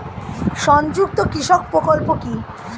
সংযুক্ত কৃষক প্রকল্প কি?